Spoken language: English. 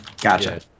Gotcha